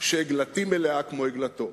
שעגלתי מלאה כמו עגלתו,